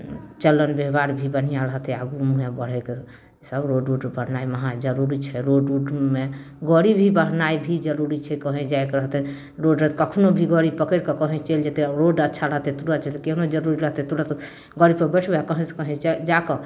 चलन बेवहार भी बढ़िआँ रहतै आगू मुँहे बढ़ैके सब रोड उड बननाइ महा जरूरी छै रोड उडमे गाड़ी भी बढ़नाइ भी जरूरी छै कहीँ जाइके रहतै रोड आओर कखनो भी गाड़ी पकड़िके कहीँ चलि जेतै रोड अच्छा रहतै तुरन्त केहनो जरूरी रहतै तुरन्त गाड़ीपर बैठबै आओर कहीँसँ कहीँ जाइ जाके